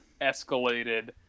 escalated